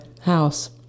house